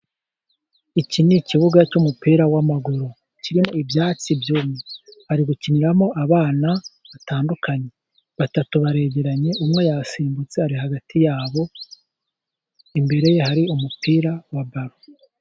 Iki ni ikibuga cy'umupira w'amaguru, kirimo ibyatsi byumye. Hari gukiniramo abana batandukanye batatu baregeranye ,umwe yasimbutse ,ari hagati yabo imbere hari umupira wa baro.